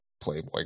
playboy